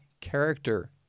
character